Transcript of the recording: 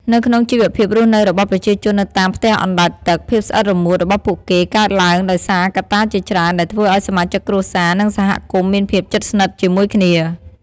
នៅក្នុងជីវភាពរស់នៅរបស់ប្រជាជននៅតាមផ្ទះអណ្ដែតទឹក ភាពស្អិតរមួតរបស់ពួកគេកើតឡើងដោយសារកត្តាជាច្រើនដែលធ្វើឲ្យសមាជិកគ្រួសារ និងសហគមន៍មានភាពជិតស្និទ្ធជាមួយគ្នា។